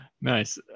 Nice